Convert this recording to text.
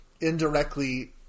indirectly